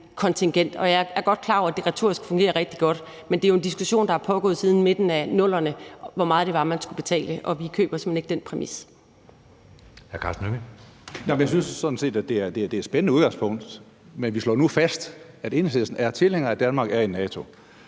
Jeg er godt klar over, at det retorisk fungerer rigtig godt, men det er jo en diskussion, der er pågået siden midten af 00'erne om, hvor meget det var, man skulle betale, og vi køber simpelt hen ikke den præmis.